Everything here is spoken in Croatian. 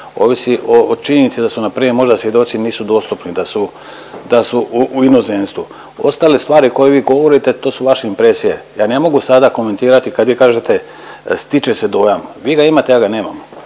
ovisi o činjenici da su na primjer svjedoci nisu dostupni, da su u inozemstvu. Ostale stvari koje vi govorite to su vaše impresije. Ja ne mogu sada komentirati kad vi kažete stiče se dojam. Vi ga imate, ja ga nemam